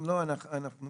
אם לא, נבקש